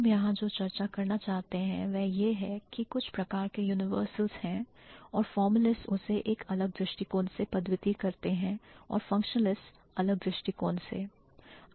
हम यहां जो चर्चा करना चाहते हैं वह यह है कि कुछ प्रकार के universals हैं और formalists उससे एक अलग दृष्टिकोण से पद्धति करते हैं और functionalists अलग दृष्टिकोण से